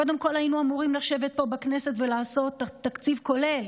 קודם כול היינו אמורים לשבת פה בכנסת ולעשות תקציב כולל